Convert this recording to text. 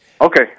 okay